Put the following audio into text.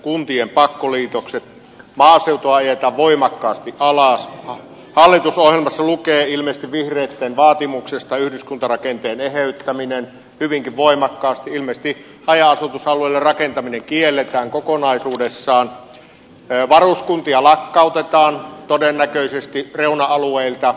kuntien pakkoliitokset maaseutu ajetaan voimakkaasti alas hallitusohjelmassa lukee ilmeisesti vihreitten vaatimuksesta yhdyskuntarakenteen eheyttäminen hyvinkin voimakkaasti ilmeisesti haja asutusalueille rakentaminen kielletään kokonaisuudessaan varuskuntia lakkautetaan todennäköisesti reuna alueilta